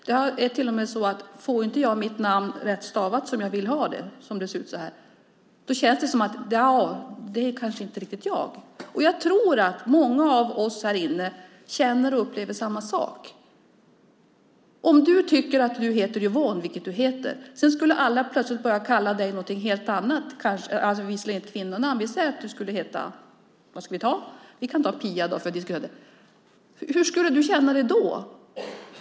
Det är till och med så att om jag inte får mitt namn rätt stavat, som jag vill ha det, så känns det som att det inte riktigt är jag. Jag tror att många av oss här inne känner och upplever samma sak. Du tycker att du heter Yvonne, vilket du heter. Tänk om alla plötsligt skulle börja kalla dig något helt annat! Det kan vara ett annat kvinnonamn, till exempel Pia. Hur skulle du känna dig då?